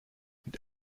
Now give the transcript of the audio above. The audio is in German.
mit